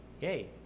Yay